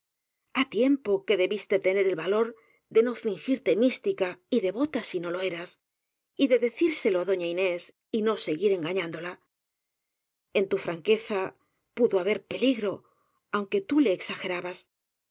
há tiempo que debiste tener el valor de no fingirte mística y de vota si no lo eras y de decírselo á doña inés y no seguir engañándola en tu franqueza pudo haber peligro aunque tú le exagerabas